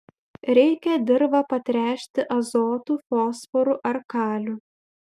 reikia dirvą patręšti azotu fosforu ar kaliu